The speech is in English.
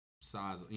size